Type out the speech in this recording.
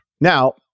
Now